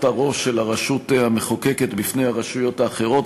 כלשהו של הרכנת הראש של הרשות המחוקקת בפני הרשויות האחרות,